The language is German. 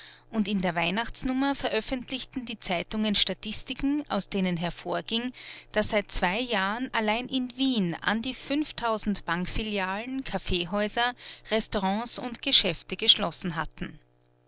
und in der weihnachtsnummer veröffentlichten die zeitungen statistiken aus denen hervorging daß seit zwei jahren allein in wien an die fünftausend bankfilialen kaffeehäuser restaurants und geschäfte geschlossen hatten